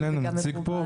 אין להם נציג פה?